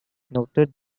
noted